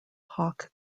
hawke